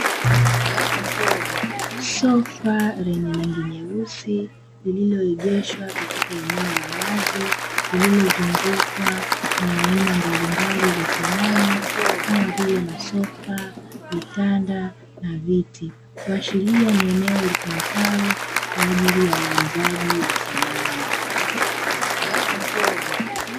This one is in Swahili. Sofa lenye rangi nyeusi likiwa limeegeshwa katika eneo la wazi lililozungukwa na aina mbalimbali za samani kama vile masofa, vitanda na viti. Kuasheria ni eneo litumikalo kwa ajili ya uuzaji wa vitu vya samani.